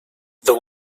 the